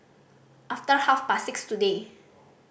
after half past six today